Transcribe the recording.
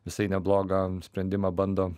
visai neblogą sprendimą bando